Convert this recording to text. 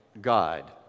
God